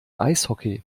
eishockey